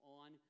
on